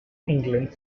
england